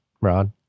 Rod